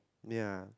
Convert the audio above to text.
ya